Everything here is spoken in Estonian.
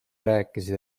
rääkisid